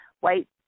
white